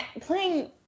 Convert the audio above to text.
playing